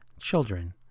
Children